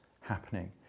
happening